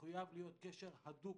מחויב להיות קשר הדוק,